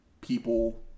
people